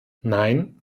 nein